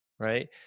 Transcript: right